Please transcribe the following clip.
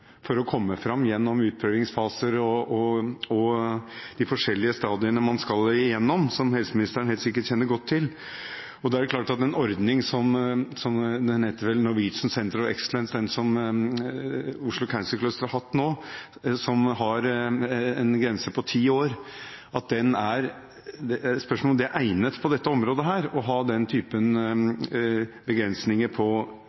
år å komme fram, gjennom utprøvingsfaser og de forskjellige stadiene man skal igjennom, som helseministeren helt sikkert kjenner godt til. Da er det klart, når det gjelder en ordning som den som heter Norwegian Centres of Excellence, den som Oslo Cancer Cluster har hatt nå, som har en grense på ti år, at det er et spørsmål om det på dette området er egnet å ha den typen begrensninger på